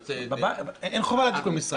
אין חובה להדליק במשרד.